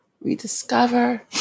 Rediscover